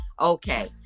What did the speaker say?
okay